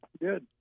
Good